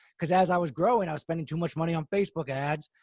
because as i was growing, i was spending too much money on facebook ads.